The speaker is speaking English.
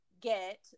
get